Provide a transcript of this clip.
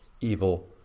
evil